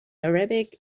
arabic